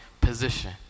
position